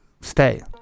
stay